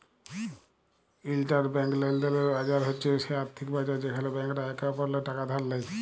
interbank লেলদেলের বাজার হছে সে আথ্থিক বাজার যেখালে ব্যাংকরা একে অপরেল্লে টাকা ধার লেয়